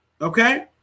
Okay